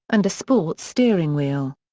and a sports steering wheel.